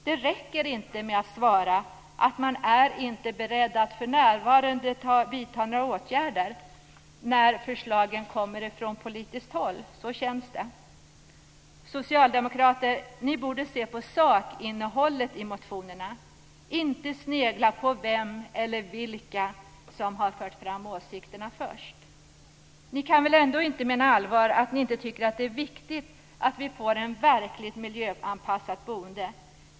Det räcker inte med att svara att man inte är beredd att för närvarande vidta några åtgärder, när förslagen kommer från politiskt håll. Ni socialdemokrater borde se på sakinnehållet i motionerna, inte snegla på vem eller vilka som har fört fram åsikterna först. Ni kan väl ändå inte mena allvar att ni inte tycker att det är viktigt att vi får ett verkligt miljöanpassat boende?